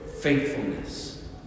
faithfulness